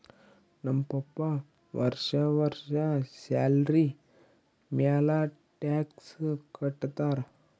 ನಮ್ ಪಪ್ಪಾ ವರ್ಷಾ ವರ್ಷಾ ಸ್ಯಾಲರಿ ಮ್ಯಾಲ ಟ್ಯಾಕ್ಸ್ ಕಟ್ಟತ್ತಾರ